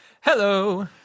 Hello